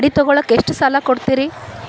ಗಾಡಿ ತಗೋಳಾಕ್ ಎಷ್ಟ ಸಾಲ ಕೊಡ್ತೇರಿ?